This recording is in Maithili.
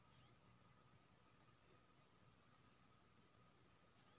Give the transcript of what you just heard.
सोअदगर इचना माछ त धारेक पानिमे होए छै